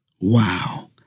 Wow